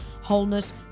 wholeness